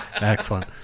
Excellent